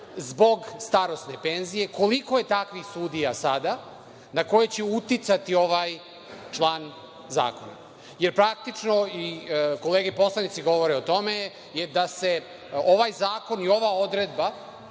zbog starosne penzije, koliko je takvih sudija danas na koje će uticati ovaj član zakona? Praktično, i kolege poslanici govore o tome da se ovaj zakon i ova odredba,